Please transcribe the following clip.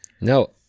No